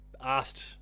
asked